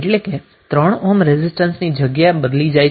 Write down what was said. એટલે કે 3 ઓહ્મ રેઝિસ્ટન્સની જગ્યા બદલાય જાય છે